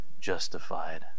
justified